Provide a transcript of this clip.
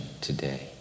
today